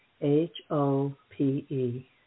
H-O-P-E